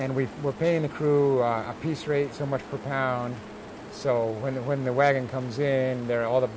and we were paying the crew a piece rate so much per pound so when the when the wagon comes in there all the